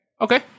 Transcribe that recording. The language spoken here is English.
okay